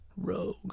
Rogue